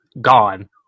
gone